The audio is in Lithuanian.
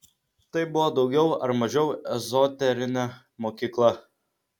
tai buvo daugiau ar mažiau ezoterinė mokykla